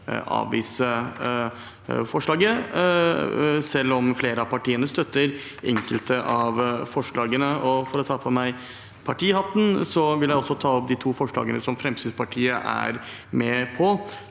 selv om flere av partiene støtter enkelte av forslagene. Så tar jeg på meg partihatten og tar opp de to forslagene Fremskrittspartiet er med på.